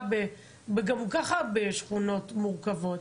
גם ככה זה שכונות מורכבות.